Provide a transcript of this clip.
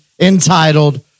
entitled